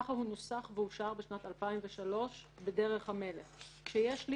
כך הוא מנוסח ואושר בשנת 2003. כשיש לי